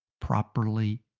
properly